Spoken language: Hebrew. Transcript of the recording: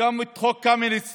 גם את חוק קמיניץ.